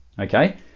okay